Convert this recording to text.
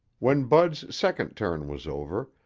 when bud's second turn was over,